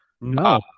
No